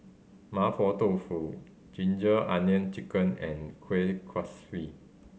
Mapo Tofu ginger onion chicken and kuih kuaswi